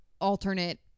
alternate